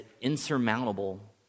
insurmountable